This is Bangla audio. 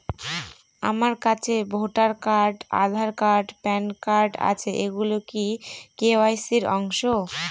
আমার কাছে voter card Aadhaar card PAN card আছে এগুলো কি কে.ওয়াই.সি র অংশ?